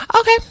Okay